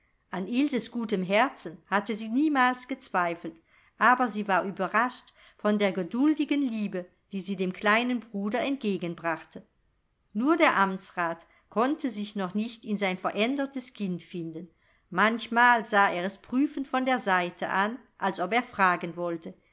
an ilses gutem herzen hatte sie niemals gezweifelt aber sie war überrascht von der geduldigen liebe die sie dem kleinen bruder entgegenbrachte nur der amtsrat konnte sich noch nicht in sein verändertes kind finden manchmal sah er es prüfend von der seite an als ob er fragen wollte